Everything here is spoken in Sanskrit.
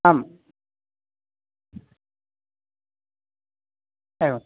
आम् एवम्